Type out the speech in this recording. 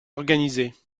organisées